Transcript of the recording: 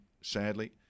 sadly